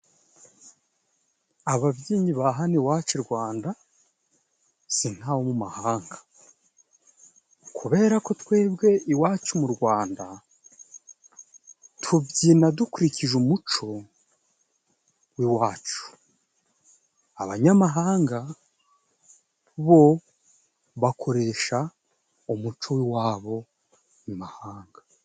Ababyinnyi ba hano iwacu i Rwanda si nk'abo mu mahanga. Kubera ko twebwe iwacu mu Rwanda, tubyina dukurikije umuco w'iwacu. Abanyamahanga bo bakoresha umuco w'iwabo imahanga.